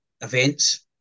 events